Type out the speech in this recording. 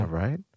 right